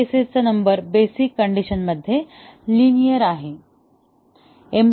taste cases number basic condition मध्ये linear आहे